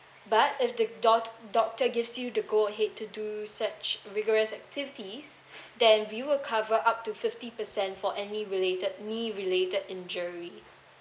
but if the dot~ doctor gives you the go ahead to do such rigorous activities then we will cover up to fifty percent for any related knee related injury